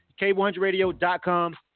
K100Radio.com